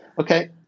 okay